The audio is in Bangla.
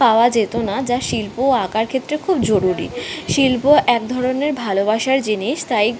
পাওয়া যেতো না যা শিল্প ও আঁকার ক্ষেত্রে খুব জরুরি শিল্প এক ধরনের ভালোবাসার জিনিস তাই